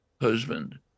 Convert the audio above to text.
husband